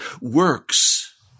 works